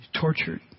tortured